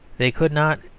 they could not,